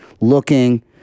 looking